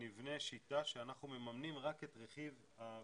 נבנה שיטה שאנחנו מממנים רק את רכיב הבדידות,